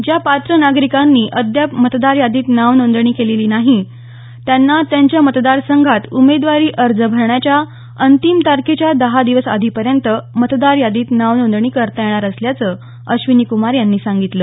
ज्या पात्र नागरिकांनी अद्याप मतदार यादीत नाव नोंदणी केलेली नाही त्यांना त्यांच्या मतदार संघात उमेदवारी अर्ज भरण्याच्या अंतिम तारखेच्या दहा दिवस आधीपर्यंत मतदार यादीत नाव नोंदणी करता येणार असल्याचं अश्वनी कुमार यांनी सांगितलं